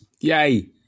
Yay